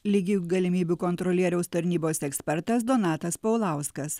lygių galimybių kontrolieriaus tarnybos ekspertas donatas paulauskas